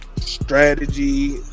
strategy